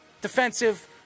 defensive